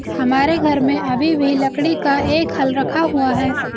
हमारे घर में अभी भी लकड़ी का एक हल रखा हुआ है